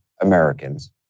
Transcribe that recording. Americans